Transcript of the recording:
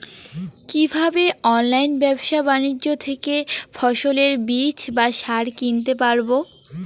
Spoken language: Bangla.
কীভাবে অনলাইন ব্যাবসা বাণিজ্য থেকে ফসলের বীজ বা সার কিনতে পারবো?